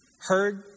heard